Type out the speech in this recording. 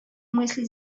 мысли